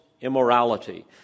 immorality